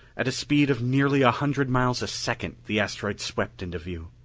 at a speed of nearly a hundred miles a second the asteroid swept into view.